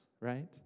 right